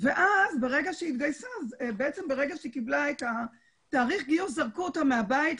ברגע שהיא קיבלה את תאריך הגיוס זרקו אותה מהבית,